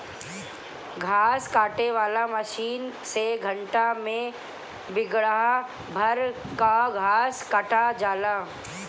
घास काटे वाला मशीन से घंटा में बिगहा भर कअ घास कटा जाला